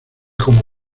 como